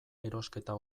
erosketa